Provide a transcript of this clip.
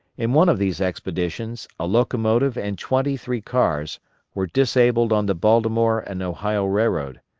in one of these expeditions a locomotive and twenty-three cars were disabled on the baltimore and ohio railroad.